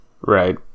Right